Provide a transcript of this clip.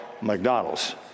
McDonald's